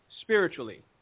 spiritually